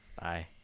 Bye